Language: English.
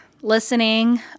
listening